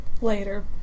later